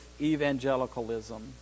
evangelicalism